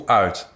uit